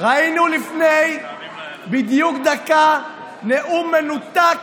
ראינו לפני בדיוק דקה נאום מנותק